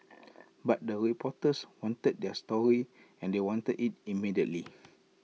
but the reporters wanted their story and they wanted IT immediately